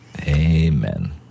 Amen